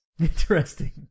Interesting